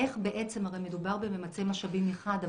הרי מדובר בממצה משאבים אחד,